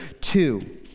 two